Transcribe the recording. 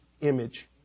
image